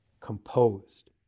composed